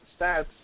stats